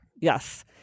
Yes